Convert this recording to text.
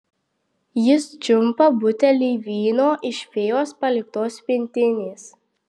jis čiumpa butelį vyno iš fėjos paliktos pintinės